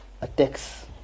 attacks